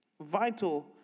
vital